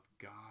God